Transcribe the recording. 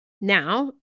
Now